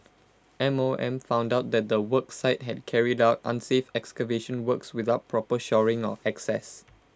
M O M found out that the work site had carried out unsafe excavation works without proper shoring or access